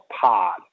pod